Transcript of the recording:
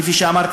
כפי שאמרתי,